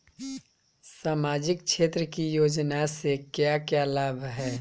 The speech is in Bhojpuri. सामाजिक क्षेत्र की योजनाएं से क्या क्या लाभ है?